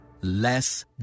Less